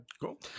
Cool